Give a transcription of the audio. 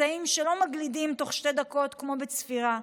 פצעים שלא מגלידים תוך שתי דקות כמו בצפירה,